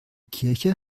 kirche